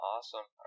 Awesome